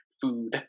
food